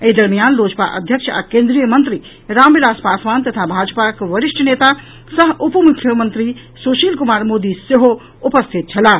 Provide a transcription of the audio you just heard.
एहि दरमियान लोजपा अध्यक्ष आ केन्द्रीय मंत्री रामविलास पासवान तथा भाजपाक वरिष्ठ नेता सह उप मुख्यमंत्री सुशील कुमार मोदी सेहो उपस्थित छलाह